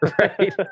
Right